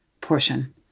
portion